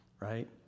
right